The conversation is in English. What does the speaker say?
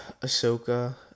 Ahsoka